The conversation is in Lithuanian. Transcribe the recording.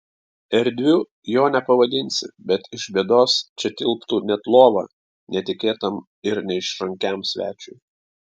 erdviu jo nepavadinsi bet iš bėdos čia tilptų net lova netikėtam ir neišrankiam svečiui